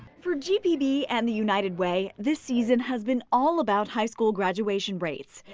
for gpb and the united way this season has been all about high school graduation rates,